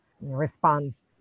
response